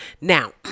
Now